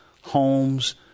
homes